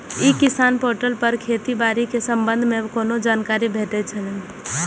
ई किसान पोर्टल पर खेती बाड़ी के संबंध में कोना जानकारी भेटय छल?